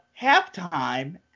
halftime